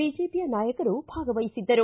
ಬಿಜೆಪಿಯ ನಾಯಕರು ಭಾಗವಹಿಸಿದ್ದರು